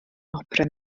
opera